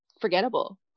forgettable